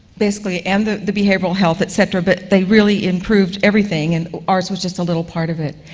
basically and the the behavioral health, et cetera, but they really improved everything, and ours was just a little part of it.